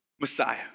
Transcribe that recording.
Messiah